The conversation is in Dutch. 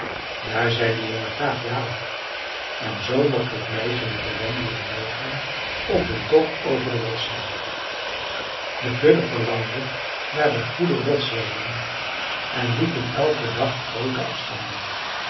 daar zei de jongen graag ja op en zoo mocht het meisje met de rendieren meêgaan op hun tocht over de rotsen de kudde verlangde naar de goede rotsweiden en liep elken dag groote afstanden